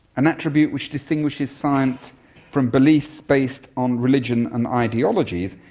an attribute which distinguishes science from beliefs based on religion and ideologies,